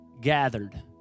Gathered